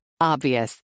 Obvious